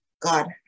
God